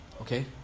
Okay